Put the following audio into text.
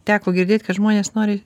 teko girdėti kad žmonės nori